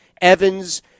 Evans